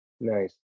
Nice